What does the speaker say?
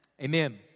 amen